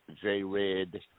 J-Red